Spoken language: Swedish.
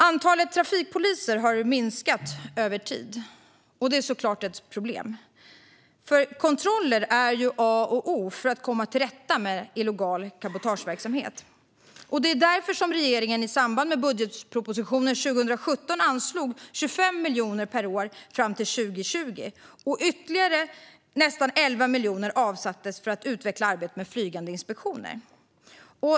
Antalet trafikpoliser har minskat över tid. Det är såklart ett problem. Kontroller är A och O för att komma till rätta med illegal cabotageverksamhet. Det var därför regeringen i samband med budgetpropositionen 2017 anslog 25 miljoner per år fram till 2020. Ytterligare nästan 11 miljoner avsattes för att utveckla arbetet med flygande inspektioner.